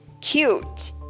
cute